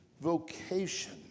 vocation